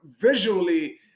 visually